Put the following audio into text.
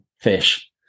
fish